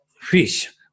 fish